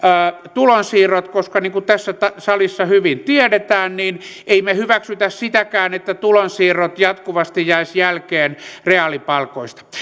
tulonsiirrot koska niin kuin tässä salissa hyvin tiedetään emme me hyväksy sitäkään että tulonsiirrot jatkuvasti jäisivät jälkeen reaalipalkoista